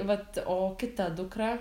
vat o kita dukra